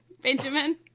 benjamin